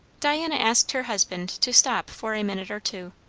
diana asked her husband to stop for a minute or two.